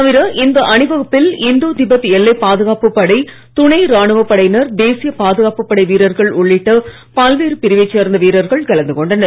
தவிர இந்த அணிவகுப்பில் இந்தோ திபெத் எல்லைப் பாதுகாப்புப் படை துணை ராணுவப் படையினர் தேசிய பாதுகாப்புப் படை வீரர்கள் உள்ளிட்ட பல்வேறு பிரிவைச் சேர்ந்த வீரர்கள் கலந்து கொண்டனர்